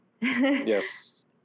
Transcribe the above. yes